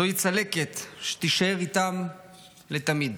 זוהי צלקת שתישאר איתם לתמיד.